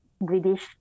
British